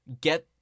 get